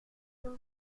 donc